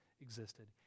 existed